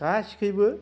गासिखैबो